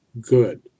good